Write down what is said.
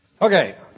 Okay